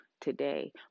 today